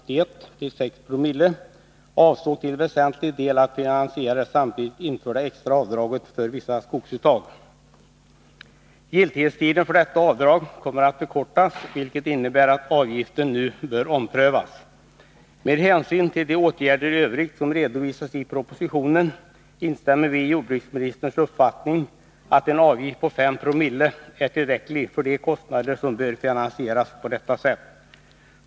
till väsentlig del att finansiera det samtidigt införda extra avdraget för vissa skogsuttag. Giltighetstiden för detta avdrag kommer att förkortas, vilket innebär att avgiften nu bör omprövas. Med hänsyn till de åtgärder i övrigt som redovisas i propositionen instämmer vi i jordbruksministerns uppfattning att en avgift på 5 Joo är tillräcklig för de kostnader som bör finansieras på detta sätt.